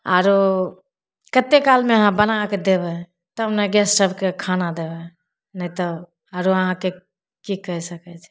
आरो कत्ते कालमे अहाँ बनाके देबै तब ने गेस्ट सभके खाना देबै नहि तऽ आरो अहाँके की कहि सकै छी